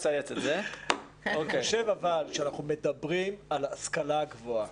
אבל כאשר אנחנו מדברים על ההשכלה הגבוהה